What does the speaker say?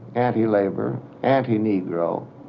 anti-labor, anti-negro,